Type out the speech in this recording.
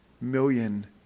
million